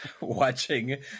watching